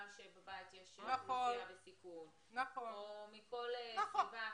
שבבית יש אוכלוסייה בסיכון או מכל סיבה אחרת,